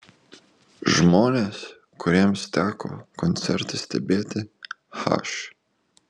žmonės kuriems teko koncerte stebėti h